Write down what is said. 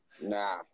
nah